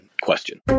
question